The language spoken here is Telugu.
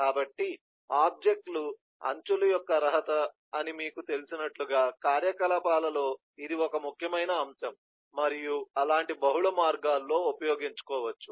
కాబట్టి ఆబ్జెక్ట్ లు అంచుల యొక్క అర్హత అని మీకు తెలిసినట్లుగా కార్యకలాపాలలో ఇది ఒక ముఖ్యమైన అంశం మరియు అలాంటి బహుళ మార్గాల్లో ఉపయోగించవచ్చు